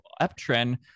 uptrend